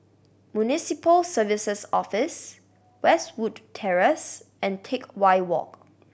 Municipal Services Office Westwood Terrace and Teck Whye Walk